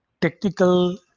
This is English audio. technical